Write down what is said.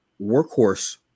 workhorse